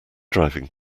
driving